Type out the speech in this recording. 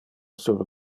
sur